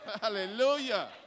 Hallelujah